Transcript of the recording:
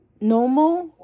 normal